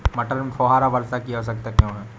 मटर में फुहारा वर्षा की आवश्यकता क्यो है?